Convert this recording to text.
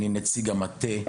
אני נציג המטה,